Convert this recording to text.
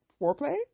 foreplay